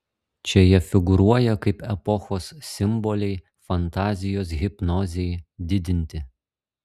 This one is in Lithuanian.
čia jie figūruoja kaip epochos simboliai fantazijos hipnozei didinti